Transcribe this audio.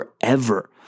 forever